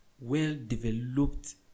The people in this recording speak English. well-developed